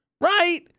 right